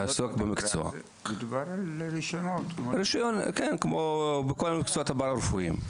מדובר על רישיונות רישיון כמו בכל המקצועות הפארה-רפואיים.